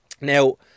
now